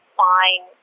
fine